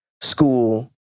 school